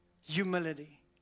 Humility